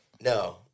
No